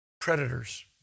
Predators